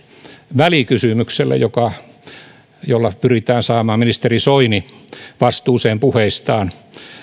välikysymykselle jolla pyritään saamaan ministeri soini vastuuseen puheistaan